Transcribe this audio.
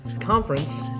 Conference